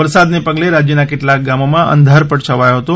વરસાદને પગલે રાજ્યના કેટલાંક ગામોમાં અધારપટ છવાયો હતો